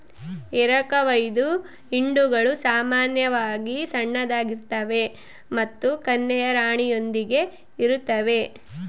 ಎರಕಹೊಯ್ದ ಹಿಂಡುಗಳು ಸಾಮಾನ್ಯವಾಗಿ ಸಣ್ಣದಾಗಿರ್ತವೆ ಮತ್ತು ಕನ್ಯೆಯ ರಾಣಿಯೊಂದಿಗೆ ಇರುತ್ತವೆ